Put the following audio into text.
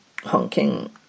honking